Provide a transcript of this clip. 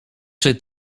czy